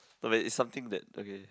okay it's something that okay